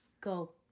Go